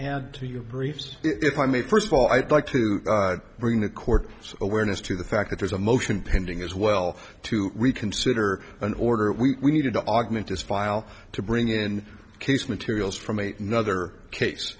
add to your briefs if i may first of all i'd like to bring the court awareness to the fact that there's a motion pending as well to reconsider an order we needed to augment this file to bring in case materials from eight another case